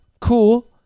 Cool